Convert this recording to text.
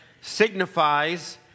signifies